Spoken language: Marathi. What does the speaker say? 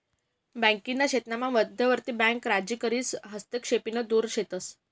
बाकीना देशामात मध्यवर्ती बँका राजकारीस हस्तक्षेपतीन दुर शेतस